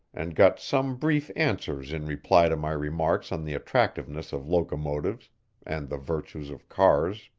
and got some brief answers in reply to my remarks on the attractiveness of locomotives and the virtues of cars.